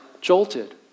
jolted